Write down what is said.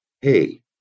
Hey